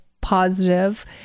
positive